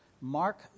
Mark